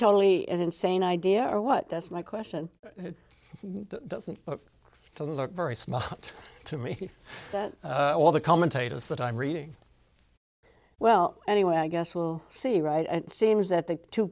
totally insane idea or what that's my question doesn't have to look very smart to me that all the commentators that i'm reading well anyway i guess we'll see right it seems that the two